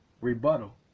rebuttal